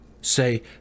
say